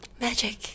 Magic